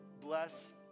bless